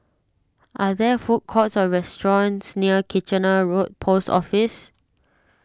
are there food courts or restaurants near Kitchener Road Post Office